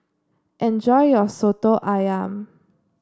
enjoy your Soto ayam